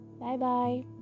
Bye-bye